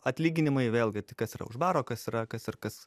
atlyginimai vėlgi tai kas yra už baro kas yra kas ir kas